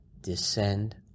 descend